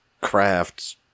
crafts